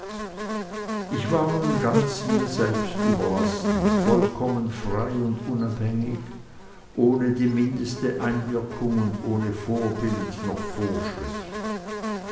ich war nun ganz mir selbst überlassen vollkommen frei und unabhängig ohne die mindeste einwirkung und ohne vorbild noch vorschrift